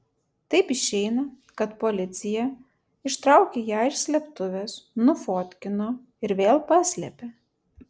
taip išeina kad policija ištraukė ją iš slėptuvės nufotkino ir vėl paslėpė